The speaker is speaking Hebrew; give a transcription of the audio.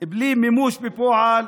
מימוש בפועל,